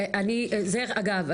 אגב,